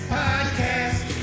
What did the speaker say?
podcast